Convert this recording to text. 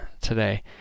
today